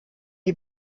die